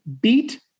beat